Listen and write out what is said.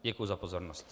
Děkuji za pozornost.